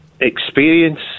experience